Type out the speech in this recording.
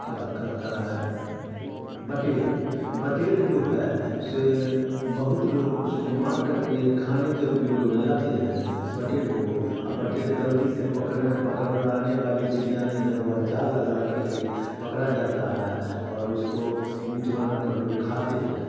क्या कहता है बटेर बटेर जो है से बहुत लोग उसको मार करके खाने के उपयोग में लाते हैं बटेर को बटेर जल्दी से पकड़े पकड़ने वाली चिड़िया नहीं है वह जाल लगा करके पकड़ा जाता है और उसको मीट बनाकर लोग खाते हैं